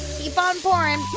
keep on pouring.